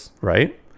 right